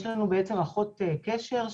יש לנו בעצם אחות קשר,